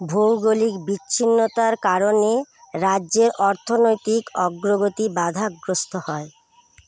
ভৌগোলিক বিচ্ছিন্নতার কারণে রাজ্যে অর্থনৈতিক অগ্রগতি বাধাগ্রস্ত হয়